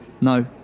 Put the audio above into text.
No